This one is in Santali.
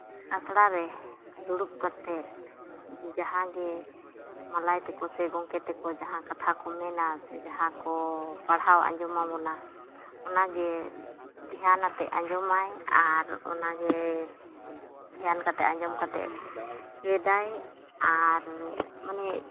ᱟᱥᱲᱟ ᱨᱮ ᱫᱩᱲᱩᱵ ᱠᱟᱛᱮᱫ ᱡᱟᱦᱟᱸᱜᱮ ᱢᱚᱞᱚᱭ ᱛᱮᱠᱚ ᱥᱮ ᱜᱚᱢᱠᱮ ᱛᱮᱠᱚ ᱡᱟᱦᱟᱸ ᱠᱟᱛᱷᱟ ᱠᱚ ᱢᱮᱱᱟ ᱡᱟᱦᱟᱸ ᱠᱚ ᱯᱟᱲᱦᱟᱣ ᱟᱸᱡᱚᱢᱟ ᱵᱚᱱᱟ ᱚᱱᱟᱜᱮ ᱫᱷᱮᱭᱟᱱ ᱟᱛᱮᱫ ᱟᱸᱡᱚᱢᱟᱭ ᱟᱨ ᱚᱱᱟᱜᱮᱭ ᱫᱷᱮᱭᱟᱱ ᱠᱟᱛᱮᱫ ᱟᱸᱡᱚᱢ ᱠᱟᱛᱮᱫ ᱪᱮᱫᱟᱭ ᱟᱨ ᱢᱟᱱᱮ